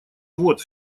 вот